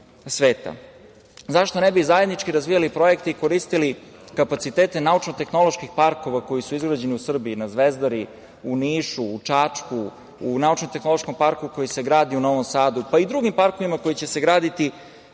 sveta? Zašto ne bi zajednički razvijali projekte i koristili kapacitete naučno-tehnoloških parkova koji su izgrađeni u Srbiji, na Zvezdari, u Nišu, u Čačku, u naučno-tehnološkom parku koji se gradi u Novom Sadu, pa i u drugim parkovima koji će se graditi